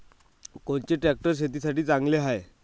कोनचे ट्रॅक्टर शेतीसाठी चांगले हाये?